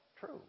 True